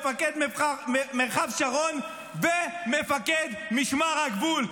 מפקד מרחב שרון ומפקד משמר הגבול.